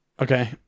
Okay